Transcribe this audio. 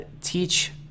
teach –